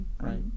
right